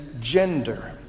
gender